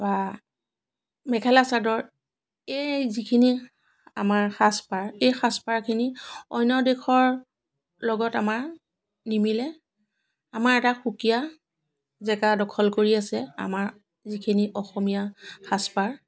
বা মেখেলা চাদৰ এই যিখিনি আমাৰ সাজপাৰ এই সাজপাৰখিনি অন্য় দেশৰ লগত আমাৰ নিমিলে আমাৰ এটা সুকীয়া জেগা দখল কৰি আছে আমাৰ যিখিনি অসমীয়া সাজপাৰ